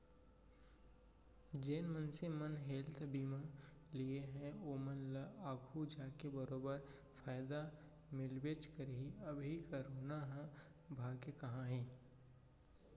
जेन मनसे मन हेल्थ बीमा लिये हें ओमन ल आघु जाके बरोबर फायदा मिलबेच करही, अभी करोना ह भागे कहॉं हे?